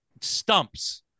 stumps